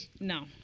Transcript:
No